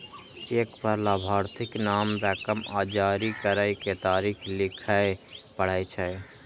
cheque पर लाभार्थीक नाम, रकम आ जारी करै के तारीख लिखय पड़ै छै